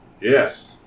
Yes